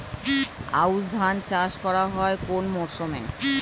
আউশ ধান চাষ করা হয় কোন মরশুমে?